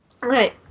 Right